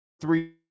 three